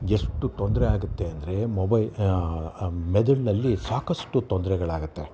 ಎಷ್ಟು ತೊಂದರೆ ಆಗುತ್ತೆ ಅಂದರೆ ಮೊಬೈಲ್ ಮೆದುಳಿನಲ್ಲಿ ಸಾಕಷ್ಟು ತೊಂದರೆಗಳಾಗತ್ತೆ